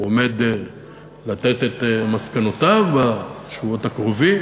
והוא עומד לתת את מסקנותיו בשבועות הקרובים,